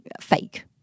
fake